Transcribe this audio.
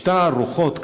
משטר הרוחות,